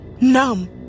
numb